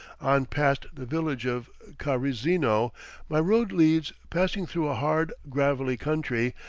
on past the village of karizeno my road leads, passing through a hard, gravelly country,